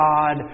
God